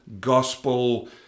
gospel